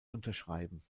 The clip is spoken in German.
unterschreiben